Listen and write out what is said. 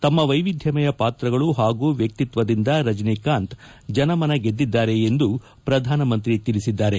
ತಮ್ಮ ವೈವಿದ್ಯಮಯ ಪಾತ್ರಗಳು ಹಾಗೂ ವ್ಯಕ್ತಿಕ್ವದಿಂದ ರಜನಿಕಾಂತ್ ಜನಮನ ಗೆದ್ದಿದ್ದಾರೆ ಎಂದು ಪ್ರಧಾನಮಂತ್ರಿ ತಿಳಿಸಿದ್ದಾರೆ